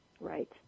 Right